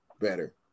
better